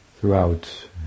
throughout